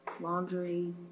laundry